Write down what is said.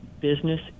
business